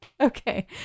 Okay